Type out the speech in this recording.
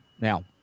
Now